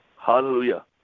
Hallelujah